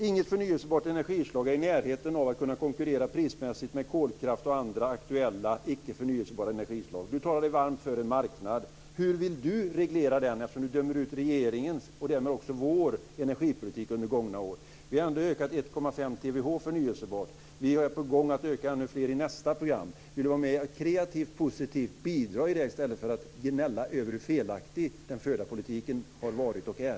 Inget förnyelsebart energislag är i närheten av att kunna konkurrera prismässigt med kolkraft och andra aktuella, icke förnyelsebara energislag. Eva Flyborg talar sig varm för en marknad. Hur vill hon reglera den eftersom hon dömer ut regeringens, och därmed också vår, energipolitik under gångna år? Vi har ändå ökat 1,5 terawattimmar i fråga om förnyelsebar energi. Vi är på gång att öka ännu mer i nästa program. Vill Eva Flyborg vara om att kreativt och positiv bidra till det i stället för att gnälla över hur felaktig den förda politiken har varit och är?